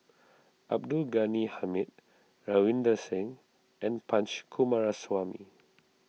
Abdul Ghani Hamid Ravinder Singh and Punch Coomaraswamy